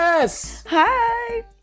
Hi